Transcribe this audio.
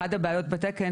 אחת הבעיות בתקן,